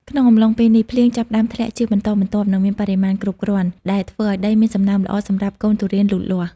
ក្នុងអំឡុងពេលនេះ ភ្លៀងចាប់ផ្តើមធ្លាក់ជាបន្តបន្ទាប់ និងមានបរិមាណគ្រប់គ្រាន់ ដែលធ្វើឱ្យដីមានសំណើមល្អសម្រាប់កូនទុរេនលូតលាស់។